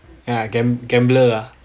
yeah gam~ gambler ah